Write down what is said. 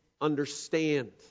understand